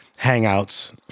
Hangouts